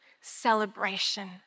celebration